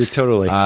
ah totally. yeah